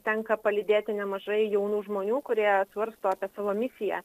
tenka palydėti nemažai jaunų žmonių kurie svarsto apie savo misiją